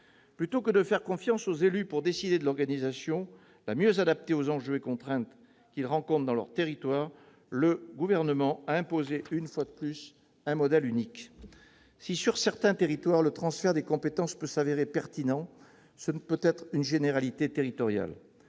Plutôt que de faire confiance aux élus pour décider de l'organisation la mieux adaptée aux enjeux et contraintes qu'ils rencontrent dans leurs territoires, le Gouvernement a imposé une fois de plus un modèle unique. Si, sur certains territoires, le transfert des compétences peut s'avérer pertinent, cela ne peut être une généralité territoriale.